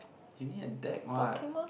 you need a deck what